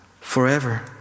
forever